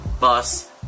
bus